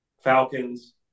Falcons